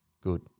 Good